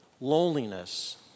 loneliness